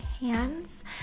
hands